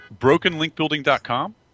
Brokenlinkbuilding.com